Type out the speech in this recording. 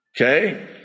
Okay